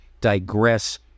digress